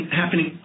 happening